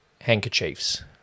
handkerchiefs